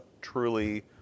truly